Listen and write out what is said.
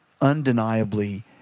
undeniably